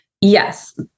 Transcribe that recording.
yes